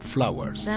Flowers